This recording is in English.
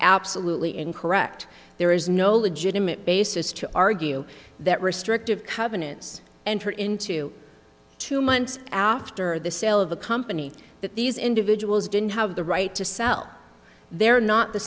absolutely incorrect there is no legitimate basis to argue that restrictive covenants enter into two months after the sale well of a company that these individuals didn't have the right to sell they're not the